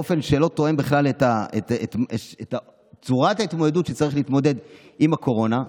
באופן שלא תואם בכלל את צורת ההתמודדות שצריך להתמודד עם הקורונה.